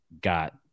got